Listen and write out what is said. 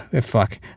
fuck